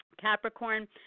Capricorn